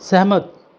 सहमत